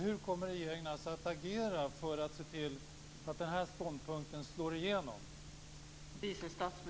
Hur kommer regeringen att agera för att se till att den här ståndpunkten slår igenom?